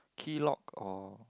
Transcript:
key lock or